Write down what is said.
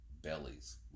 bellies